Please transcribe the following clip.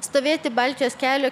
stovėti baltijos kelio